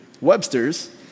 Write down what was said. Webster's